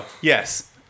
Yes